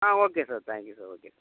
ah okay sir thank you sir okay